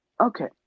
Okay